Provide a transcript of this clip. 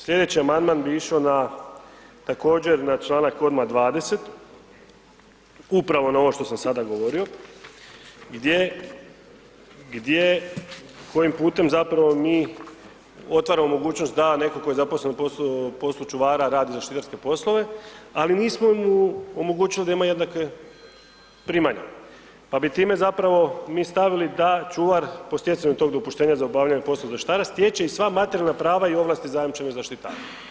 Slijedeći amandman bi išao na, također na članak odmah 20. upravo na ovo šta sam sada govorio, gdje, kojim putem zapravo mi otvaramo mogućnost da netko tko je zaposlen na poslu čuvara radi zaštitarske poslove, ali nismo im omogućili da imaju jednake primanja, pa bi time zapravo mi stavili da čuvar, po stjecanju tog dopuštenja za obavljanje poslova zaštitara, stječe i sva materijalna prava i ovlasti zajamčene zaštitarom.